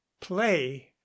play